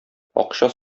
акча